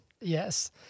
yes